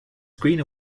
greener